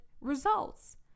results